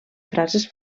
frases